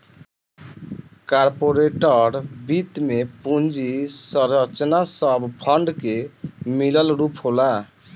corporate वित्त में पूंजी संरचना सब फंड के मिलल रूप होला